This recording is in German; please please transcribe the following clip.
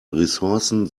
ressourcen